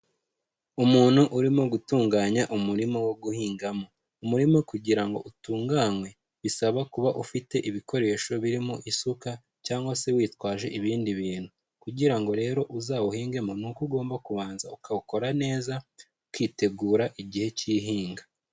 Umuntu urimo gutunganya umurima wo guhingamo. Umurima kugira ngo utunganywe, bisaba kuba ufite ibikoresho birimo isuka, cyangwa se witwaje ibindi bintu. Kugira ngo rero uzawuhingemo, ni uko ugomba kubanza ukawukora neza, ukitegura igihe k'ihinga.